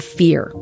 fear